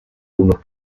unos